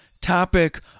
topic